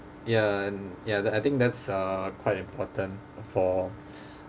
ya and ya the I think that's uh quite important for